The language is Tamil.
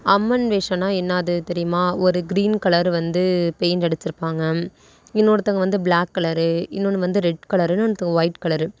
அம்மன் வேடம்னா என்னது தெரியுமா ஒரு கிரீன் கலர் வந்து பெயிண்ட் அடித்திருப்பாங்க இன்னொருத்தங்க வந்து ப்ளாக் கலரு இன்னொன்று வந்து ரெட் கலரு இன்னொன்னுத்துக்கு ஒயிட் கலரு